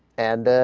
and ah.